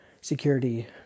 security